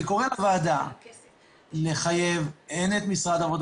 אני קורא לוועדה לחייב הן את משרד העבודה